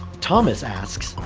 thomas asks,